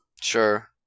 sure